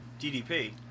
DDP